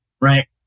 right